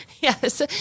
Yes